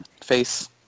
Face